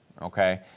okay